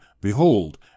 Behold